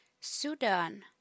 Sudan